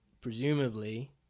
presumably